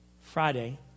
Friday